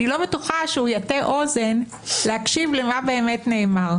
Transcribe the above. אני לא בטוחה שהוא יטה אוזן להקשיב למה באמת נאמר.